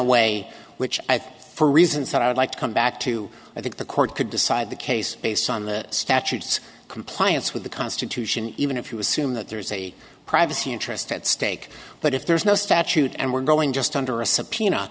away which for reasons that i would like to come back to i think the court could decide the case based on the statutes compliance with the constitution even if you assume that there is a privacy interest at stake but if there's no statute and we're going just under a subpoena